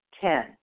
Ten